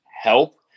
help